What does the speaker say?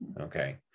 okay